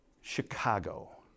Chicago